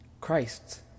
Christ's